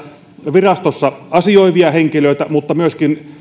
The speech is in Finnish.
virastossa asioivia henkilöitä mutta myöskin